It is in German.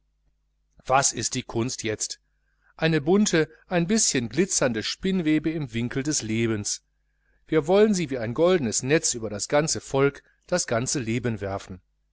was ist die kunst jetzt eine bunte ein bischen glitzernde spinnwebe im winkel des lebens wir wollen sie wie ein goldenes netz über das ganze volk das ganze leben werfen